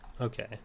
Okay